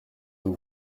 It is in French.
nous